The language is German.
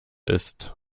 ist